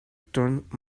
turned